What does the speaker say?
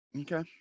Okay